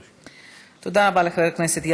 תודה, גברתי היושבת-ראש.